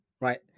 right